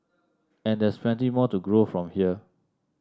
and there's plenty more to grow from here